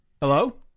Hello